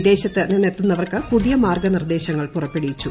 വിദേശത്ത് നിന്നെത്തുന്നവർക്ക് പുതിയ മാർഗ്ഗ നിർദ്ദേശങ്ങൾ പുറപ്പെടുവിച്ചു